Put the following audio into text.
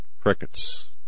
Crickets